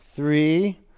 Three